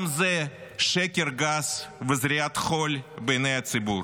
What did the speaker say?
גם זה שקר גס, זריית חול בעייני הציבור.